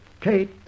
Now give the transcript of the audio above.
Kate